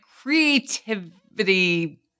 creativity